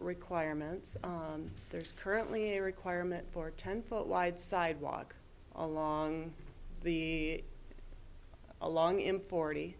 requirements there's currently a requirement for a ten foot wide sidewalk along the along in forty